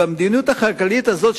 במדיניות הכלכלית הזאת,